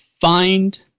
find